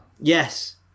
Yes